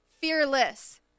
Fearless